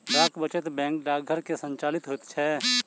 डाक वचत बैंक डाकघर मे संचालित होइत छै